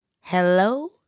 hello